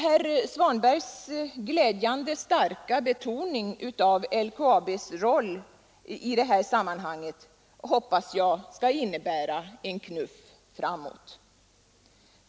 Herr Svanbergs glädjande starka betoning av LKAB:s roll i detta sammanhang hoppas jag skall innebära en knuff framåt.